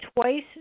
twice